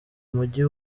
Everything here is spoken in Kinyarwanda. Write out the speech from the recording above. mujyi